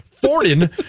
Fortin